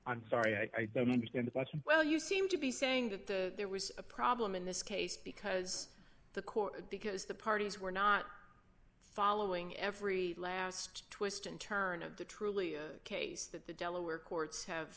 i'm sorry i don't understand the question well you seem to be saying that the there was a problem in this case because the court because the parties were not following every last twist and turn of the truly case that the delaware courts have